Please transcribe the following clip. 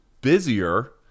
busier